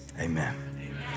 Amen